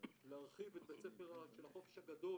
להרחיב את בית הספר של החופש הגדול,